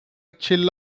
chill